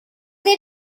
did